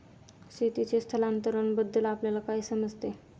शेतीचे स्थलांतरबद्दल आपल्याला काय समजते?